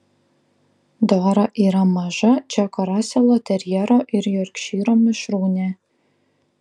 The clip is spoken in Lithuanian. dora yra maža džeko raselo terjero ir jorkšyro mišrūnė